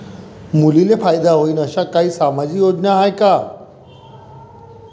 मुलींले फायदा होईन अशा काही सामाजिक योजना हाय का?